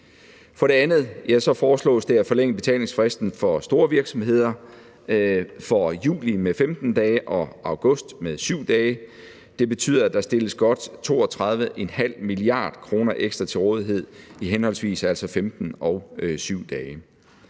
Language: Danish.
For det andet foreslås det at forlænge betalingsfristen for store virksomheder for juli med 15 dage og for august med 7 dage. Det betyder, at der stilles godt 32,5 mia. kr. ekstra til rådighed i altså henholdsvis 15 og 7 dage.